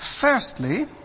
Firstly